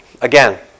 again